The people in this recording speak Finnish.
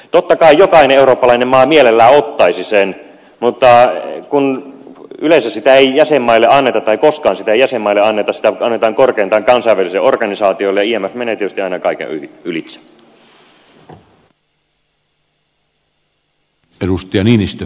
totta kai jokainen eurooppalainen maa mielellään ottaisi sen mutta koskaan sitä ei jäsenmaille anneta se annetaan korkeintaan kansainvälisille organisaatioille ja imf menee tietysti aina kaiken ylitse